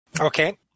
Okay